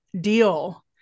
deal